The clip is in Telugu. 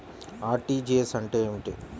అర్.టీ.జీ.ఎస్ అంటే ఏమిటి?